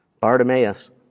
Bartimaeus